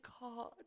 God